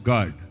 God